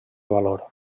valor